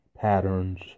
patterns